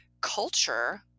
culture